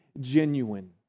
genuine